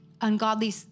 ungodly